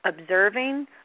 observing